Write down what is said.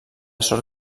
sort